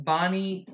Bonnie